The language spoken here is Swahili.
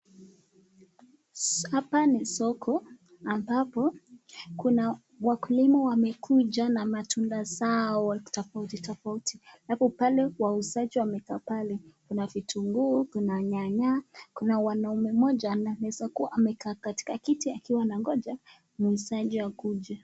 Hapa ni soko, ambako kuna wakulima wamekuja na matunda zao tofautitofauti , alafunpale wauzaji wamekaa pale, kuna vitunguu, kuna nyanya, kuna mwanaume mmoja anaweza kuwa amekaa katika kiti akingoja muuzaji akuje.